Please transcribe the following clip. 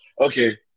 Okay